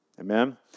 Amen